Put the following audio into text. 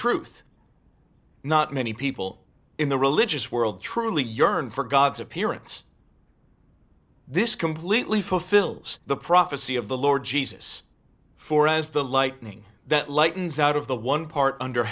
truth not many people in the religious world truly yearn for god's appearance this completely fulfills the prophecy of the lord jesus for as the lightning that lightens out of the one part under